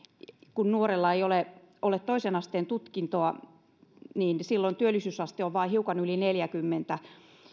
kun nuorella ei ole ole toisen asteen tutkintoa silloin työllisyysaste on vain hiukan yli neljäkymmentä